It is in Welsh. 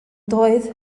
doedd